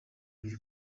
ibiri